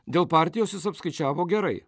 dėl partijos jis apskaičiavo gerai